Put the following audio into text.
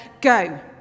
go